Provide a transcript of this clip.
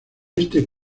este